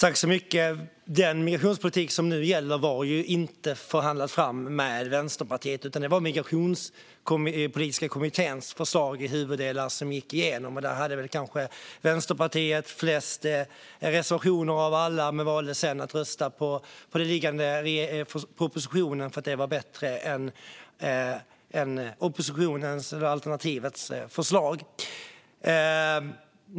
Fru talman! Den migrationspolitik som nu gäller var inte framförhandlad med Vänsterpartiet. Det var den migrationspolitiska kommitténs förslag i huvuddelar som gick igenom. Där hade Vänsterpartiet kanske flest reservationer av alla, men man valde sedan att rösta på den liggande propositionen eftersom man tyckte att den var bättre än oppositionens alternativa förslag.